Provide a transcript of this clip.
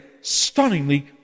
stunningly